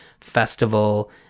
festival